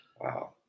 Wow